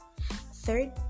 Third